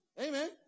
Amen